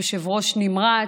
יושב-ראש נמרץ.